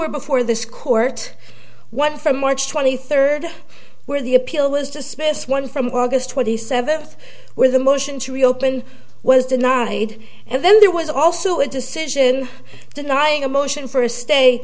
or before this court one from march twenty third where the appeal is dismissed one from aug twenty seventh where the motion to reopen was denied and then there was also a decision denying a motion for a stay